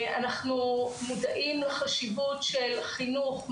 אנחנו מודעים לחשיבות של חינוך,